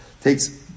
takes